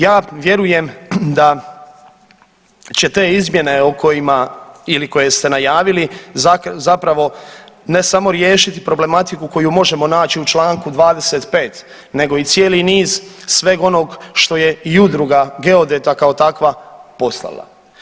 Ja vjerujem da će te izmjene o kojima ili koje ste najavili zapravo ne samo riješiti problematiku koju možemo naći u čl. 25. nego i cijeli niz sveg onog što je i udruga geodeta kao takva poslala.